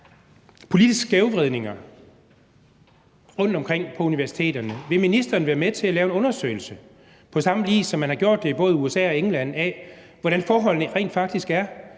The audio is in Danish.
politiske skævvridninger rundtomkring på universiteterne. Vil ministeren være med til at lave en undersøgelse, som man på samme vis har gjort det i både USA og England, af, hvordan forholdene rent faktisk er,